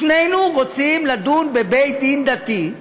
ושנינו רוצים לדון בבית-דין דתי,